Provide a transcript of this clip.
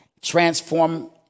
transform